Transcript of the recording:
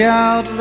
out